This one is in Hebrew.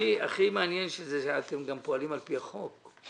הכי מעניין שאתם גם פועלים על פי החוק.